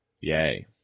Yay